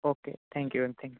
okay thank you and thank you